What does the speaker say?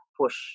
push